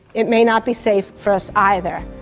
it may not be safe for us either.